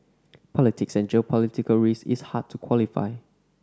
politics and geopolitical risk is hard to quantify